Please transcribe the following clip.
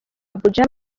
abuja